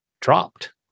dropped